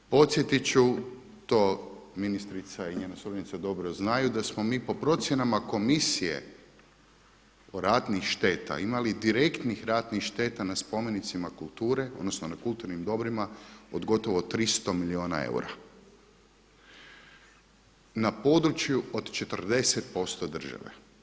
Podsjetit ću to ministrica i njena suradnica dobro znaju da smo mi po procjenama Komisije od ratnih šteta imali direktnih ratnih šteta na spomenicima kulture, odnosno na kulturnim dobrima od gotovo 300 milijuna eura na području od 40% države.